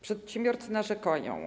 Przedsiębiorcy narzekają.